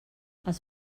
els